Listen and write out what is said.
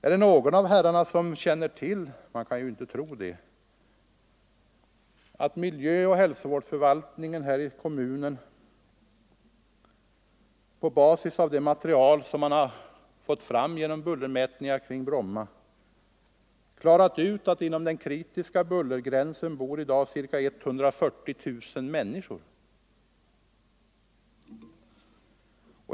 Är det någon av herrarna som känner till — man kan inte tro det — att miljöoch hälsovårdsförvaltningen i Stockholms kommun på basis av de resultat man fått fram vid bullermätningarna på Bromma klarat ut att inom den kritiska bullergränsen bor i dag ca 140 000 människor?